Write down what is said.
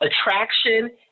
attraction